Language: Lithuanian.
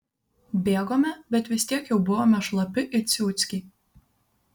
bėgome bet vis tiek jau buvome šlapi it ciuckiai